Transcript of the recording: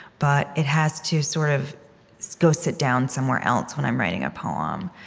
but it has to sort of so go sit down somewhere else when i'm writing a poem,